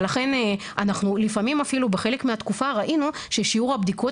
לכן אנחנו לפעמים אפילו בחלק מהתקופה ראינו ששיעור הבדיקות